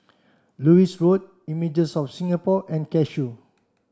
Lewis Road Images of Singapore and Cashew